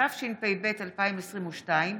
התשפ"ב 2022,